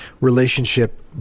relationship